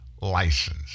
license